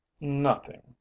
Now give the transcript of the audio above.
Nothing